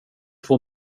två